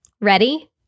Ready